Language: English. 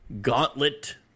Gauntlet